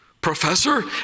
professor